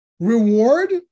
Reward